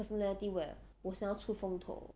personality where 我想出风头